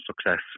success